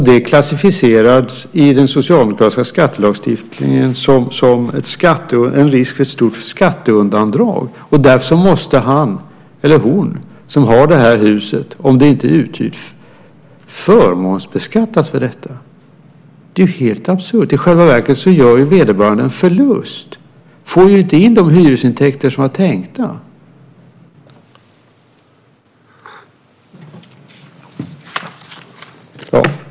Det klassificeras i den socialdemokratiska skattelagstiftningen som en risk för ett stort skatteundandragande, och därför måste den som har de här husen, om de inte är uthyrda, förmånsbeskattas. Det är helt absurt. I själva verket gör vederbörande en förlust och får inte in de hyresintäkter som är tänkta.